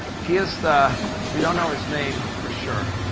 he is the we don't know his name for sure.